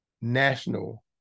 national